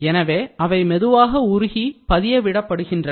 எனவே அவை மெதுவாக உருகி பதிய விடப்படுகின்றன